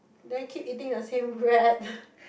then keep eating the same bread